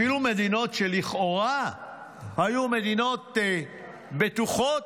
אפילו במדינות שלכאורה היו מדינות בטוחות,